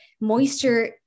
moisture